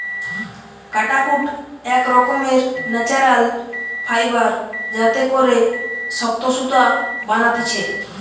কাটাকুট এক রকমের ন্যাচারাল ফাইবার যাতে করে শক্ত সুতা বানাতিছে